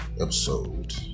episode